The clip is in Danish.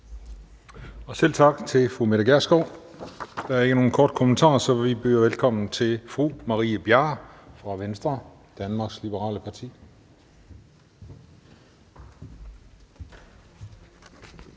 Selv tak til fru Mette Gjerskov. Der er ikke nogen korte bemærkninger, så vi byder velkommen til fru Marie Bjerre fra Venstre, Danmarks Liberale Parti.